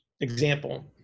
example